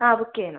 ആ ബുക്ക് ചെയ്യണം